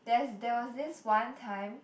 there's there was this one time